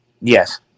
Yes